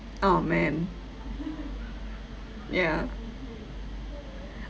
oh man yeah